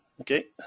Okay